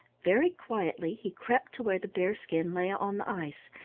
very quietly he crept to where the bear-skin lay on ice,